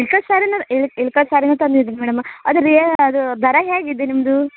ಇಳಕಲ್ ಸ್ಯಾರಿಯದ್ ಇಳ್ಕ್ ಇಳಕಲ್ ಸ್ಯಾರಿನೇ ತಂದಿದ್ರು ಮೇಡಮ ಅದರ ರೇ ಅದು ದರ ಹೇಗಿದೆ ನಿಮ್ಮದು